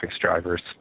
drivers